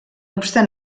obstant